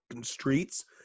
streets